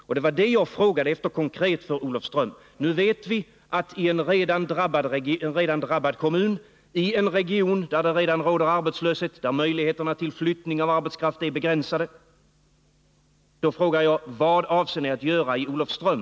Det var sådana program jag frågade efter konket när det gällde Olofström, en redan drabbad kommun, i en region där det redan råder arbetslöshet, där möjligheterna till flyttning av arbetskraft är begränsade. Jag frågar alltså: Vad avser ni att göra i Olofström?